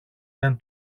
δεν